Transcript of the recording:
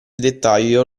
dettaglio